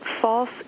false